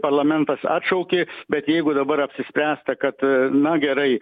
parlamentas atšaukė bet jeigu dabar apsispręsta kad na gerai